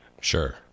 Sure